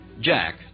Jack